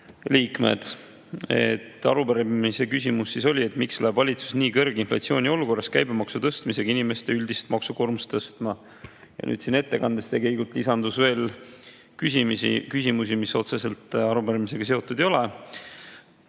liikmed! Arupärimise küsimus on, et miks läheb valitsus nii kõrge inflatsiooni olukorras käibemaksu tõstmisega inimeste üldist maksukoormust tõstma. Nüüd siin ettekandes tegelikult lisandus veel küsimusi, mis otseselt arupärimisega seotud ei ole